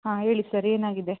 ಹಾಂ ಹೇಳಿ ಸರ್ ಏನಾಗಿದೆ